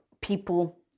people